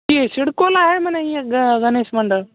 ती शिडकोला आहे म्हणे हे ग गणेश मंडळ